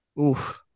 Oof